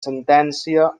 sentència